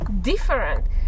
different